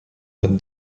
d’un